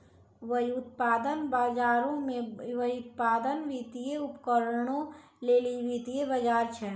व्युत्पादन बजारो मे व्युत्पादन, वित्तीय उपकरणो लेली वित्तीय बजार छै